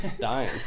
dying